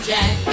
Jack